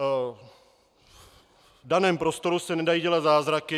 V daném prostoru se nedají dělat zázraky.